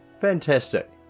Fantastic